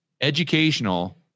educational